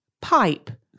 pipe